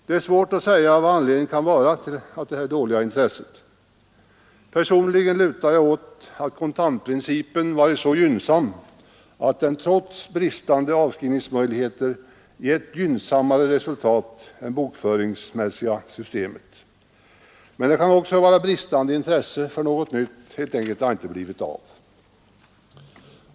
Det är svårt att säga vad anledningen till det dåliga intresset kan vara. Personligen lutar jag åt att kontantprincipen varit så gynnsam, att den trots bristande avskrivningsmöjligheter gett gynnsammare resultat än det bokföringsmässiga systemet. Men det kan också vara bristande intresse för något nytt. Det har helt enkelt inte blivit av.